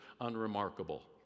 unremarkable